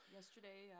Yesterday